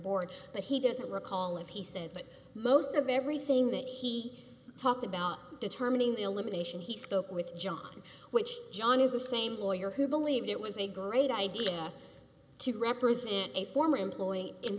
board but he doesn't recall if he said but most of everything that he talked about determining the elimination he spoke with john which john is the same lawyer who believed it was a great idea to represent a former employee in